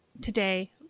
today